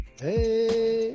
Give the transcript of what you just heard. Hey